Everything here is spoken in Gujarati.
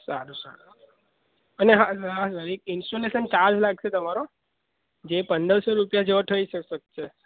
સારું સારું અને હા હા એક ઇન્સ્ટોલેસન ચાર્જ લાગશે તમારો જે પંદરસો રૂપિયા જેવો થઈ શકશે